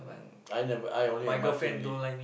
I never I only M_R_T only